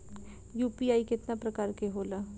UPI केतना प्रकार के होला?